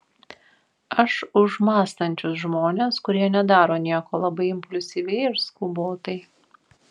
aš už mąstančius žmones kurie nedaro nieko labai impulsyviai ir skubotai